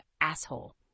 asshole